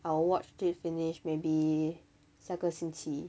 I will watch it finish maybe 下个星期